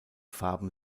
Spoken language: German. farben